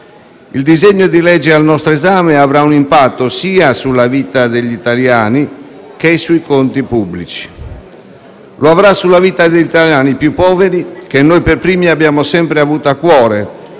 Il disegno di legge al nostro esame avrà un impatto sia sulla vita degli italiani che sui conti pubblici. Lo avrà sulla vita degli italiani più poveri che noi per primi abbiamo sempre avuto a cuore